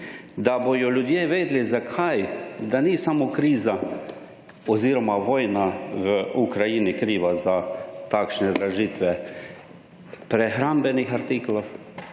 da bodo ljudje vedeli zakaj, da ni samo kriza oziroma vojna v Ukrajini kriva za takšne dražitve prehrambenih artiklov.